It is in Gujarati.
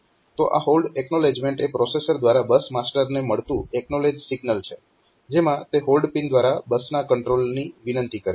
તો આ હોલ્ડ એક્નોલેજમેન્ટ એ પ્રોસેસર દ્વારા બસ માસ્ટરને મળતું એક્નોલેજ સિગ્નલ છે જેમાં તે હોલ્ડ પિન દ્વારા બસના કંટ્રોલની વિનંતી કરે છે